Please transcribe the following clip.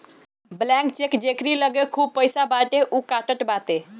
blank cheque जेकरी लगे खूब पईसा बाटे उ कटात बाटे